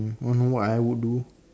don't know what I would do